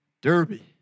Derby